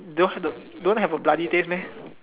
don't have the don't have the bloody taste meh